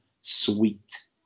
sweet